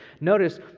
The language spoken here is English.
Notice